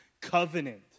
covenant